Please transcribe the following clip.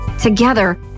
Together